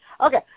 Okay